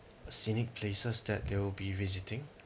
scenic places that they will be visiting